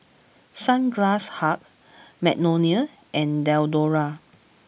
Sunglass Hut Magnolia and Diadora